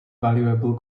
valuable